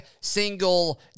single